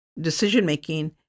decision-making